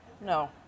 No